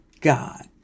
God